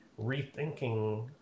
rethinking